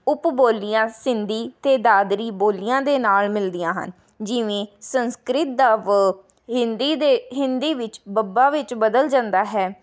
ਉਪ ਬੋਲੀਆਂ ਸਿੰਧੀ ਅਤੇ ਦਾਦਰੀ ਬੋਲੀਆਂ ਦੇ ਨਾਲ ਮਿਲਦੀਆਂ ਹਨ ਜਿਵੇਂ ਸੰਸਕ੍ਰਿਤ ਦਾ ਵ ਹਿੰਦੀ ਦੇ ਹਿੰਦੀ ਵਿੱਚ ਬੱਬਾ ਵਿੱਚ ਬਦਲ ਜਾਂਦਾ ਹੈ